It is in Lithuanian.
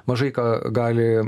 mažai ką gali